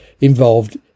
involved